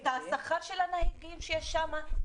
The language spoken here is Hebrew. את השכר של הנהגים שיש שם,